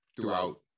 throughout